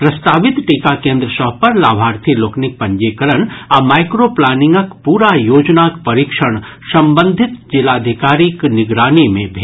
प्रास्तावित टीका केन्द्र सभ पर लाभार्थी लोकनिक पंजीकरण आ माईक्रोप्लानिंगक पूरा योजनाक परीक्षण संबंधित जिलाधिकारीक निगरानी मे भेल